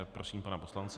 Prosím pana poslance.